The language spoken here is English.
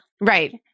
right